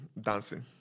dancing